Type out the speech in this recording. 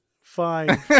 Fine